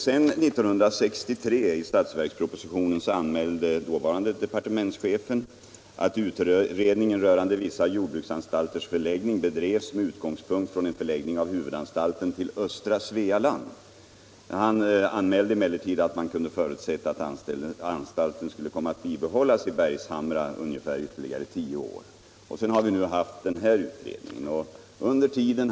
Sedan anmälde i statsverkspropositionen 1963 dåvarande departementschefen att utredningen rörande vissa jordbruksanstalters förläggning bedrevs med utgångspunkt från en förläggning av huvudanstalten till östra Svealand. Han framhöll emellertid att man kunde förutsätta att anstalten skulle komma att bibeh as i Bergshamra i ytterligare ungefär tio år. Därefter har vi haft den här utredningen, kontrollanstaltutredningen.